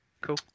cool